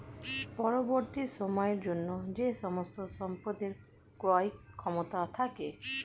পরবর্তী সময়ের জন্য যে সমস্ত সম্পদের ক্রয় ক্ষমতা থাকে